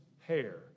hair